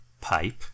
pipe